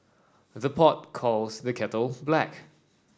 the pot calls the kettle black